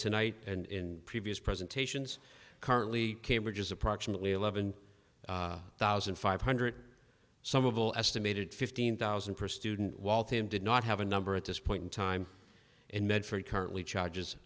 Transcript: tonight and in previous presentations currently cambridge is approximately eleven thousand five hundred some of all estimated fifteen thousand per student waltham did not have a number at this point in time and medford currently charges